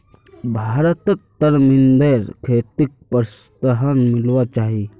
भारतत तरमिंदेर खेतीक प्रोत्साहन मिलवा चाही